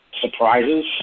surprises